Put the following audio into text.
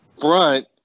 front